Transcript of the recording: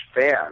fan